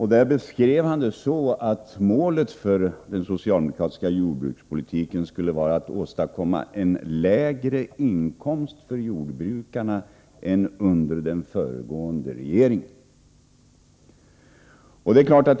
Han beskrev det så att målet för den socialdemokratiska jordbrukspolitiken skulle vara att åstadkomma lägre inkomster för jordbrukarna än vad dessa haft under den föregående regeringen.